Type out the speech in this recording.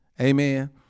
Amen